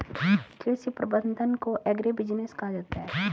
कृषि प्रबंधन को एग्रीबिजनेस कहा जाता है